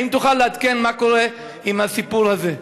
האם תוכל לעדכן מה קורה עם הסיפור הזה?